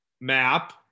Map